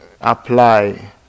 apply